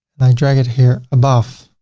and i drag it here above.